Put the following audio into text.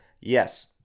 yes